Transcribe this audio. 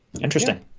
Interesting